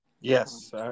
yes